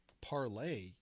parlay